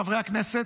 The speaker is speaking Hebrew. חברי הכנסת,